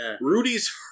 Rudy's